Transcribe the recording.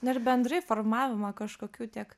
na ir bendrai formavimo kažkokių tiek